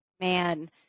Man